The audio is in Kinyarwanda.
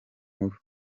nkuru